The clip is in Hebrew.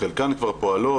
חלקן כבר פועלות,